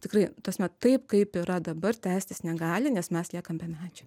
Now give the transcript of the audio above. tikrai nu ta prasme taip kaip yra dabar tęstis negali nes mes liekam be medžių